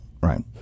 Right